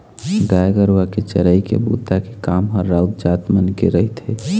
गाय गरुवा के चरई के बूता के काम ह राउत जात मन के रहिथे